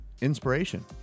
inspiration